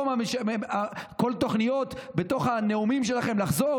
פתאום כל התוכניות בתוך הנאומים שלכם לחזור